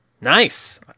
Nice